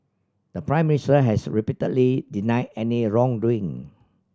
the Prime Minister has repeatedly denied any wrongdoing